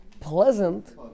Pleasant